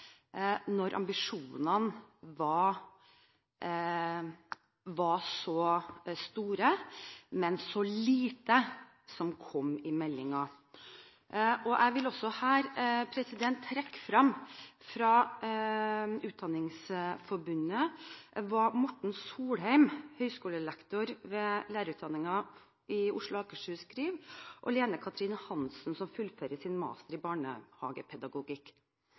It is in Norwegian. så lite som kom i meldingen. Jeg vil trekke frem Utdanningsforbundet, og det som Morten Solheim, høyskolelektor ved lærerutdanningen i Oslo og Akershus, og Lene Chathrin Hansen, som fullfører sin master i barnehagepedagogikk,